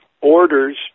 orders